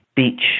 beach